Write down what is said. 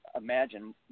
imagine